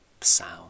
sound